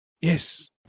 Yes